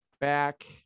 Back